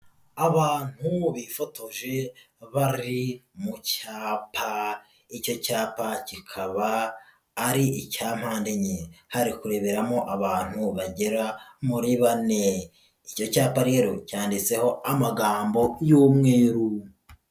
Abantu bifotoje bari mu cyapa, icyo cyapa kikaba ari icya mpande enye, hari kureberamo abantu bagera muri bane, icyo cyapa rero cyanditseho amagambo y'umweru.